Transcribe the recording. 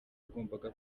yagombaga